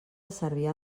cervià